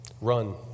Run